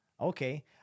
Okay